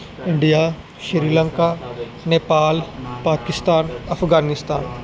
India Sri Lanka Nepal Pakistan Afghanistan